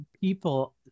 people